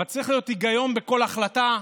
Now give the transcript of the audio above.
אבל צריך להיות היגיון בכל החלטה.